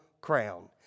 crown